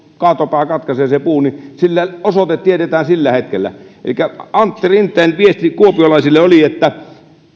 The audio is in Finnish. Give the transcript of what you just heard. kaatopää katkaisee sen puun sille osoite tiedetään sillä hetkellä elikkä antti rinteen viesti kuopiolaisille oli että